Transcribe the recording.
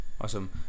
Awesome